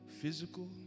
physical